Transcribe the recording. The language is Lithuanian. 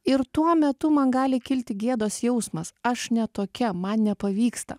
ir tuo metu man gali kilti gėdos jausmas aš ne tokia man nepavyksta